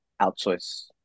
outsource